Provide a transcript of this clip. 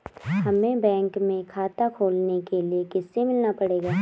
हमे बैंक में खाता खोलने के लिए किससे मिलना पड़ेगा?